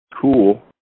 cool